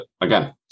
again